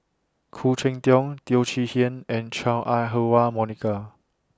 Khoo Cheng Tiong Teo Chee Hean and Chua Ah Huwa Monica